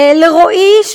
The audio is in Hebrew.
לרועי,